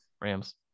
Rams